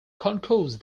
concourse